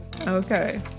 Okay